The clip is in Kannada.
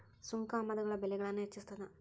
ಸುಂಕ ಆಮದುಗಳ ಬೆಲೆಗಳನ್ನ ಹೆಚ್ಚಿಸ್ತದ